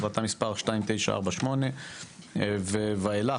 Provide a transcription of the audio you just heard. החלטה מס' 2948 ואילך.